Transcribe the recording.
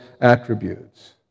attributes